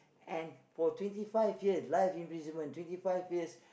and for twenty five years life imprisonment twenty five years